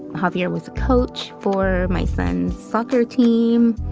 javier was a coach for my son's soccer team.